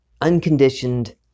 unconditioned